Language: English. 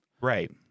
Right